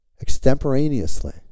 extemporaneously